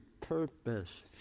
purpose